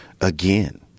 again